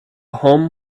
home